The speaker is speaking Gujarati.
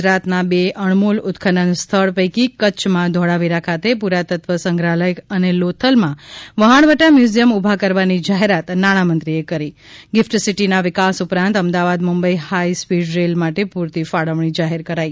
ગુજરાતના બે અણમોલ ઉત્અનન સ્થળ પૈકી કચ્છમાં ધોળાવીરા ખાતે પુરાતત્વ સંગ્રહાલય અને લોથલમાં વહાણવટા મ્યુઝીયમ ઊભા કરવાની જાહેરાત નાણામંત્રીએ કરી ગિફ્ટ સિટિના વિકાસ ઉપરાંત Ahmedabad Mumbai high speed rail માટે પૂરતી ફાળવણી જાહેર કરાઇ